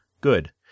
Good